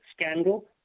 scandal